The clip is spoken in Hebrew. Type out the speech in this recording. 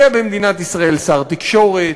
יהיה במדינת ישראל שר תקשורת,